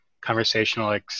conversational